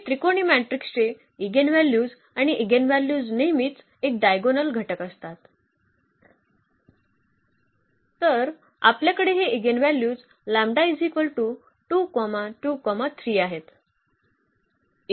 हे त्रिकोणी मॅट्रिक्सचे ईगेनव्हल्यूज आणि ईगेनव्हल्यूज नेहमीच एक डायगोनल घटक असतात तर आपल्याकडे हे ईगेनव्हल्यूज आहेत